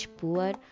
poor